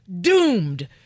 doomed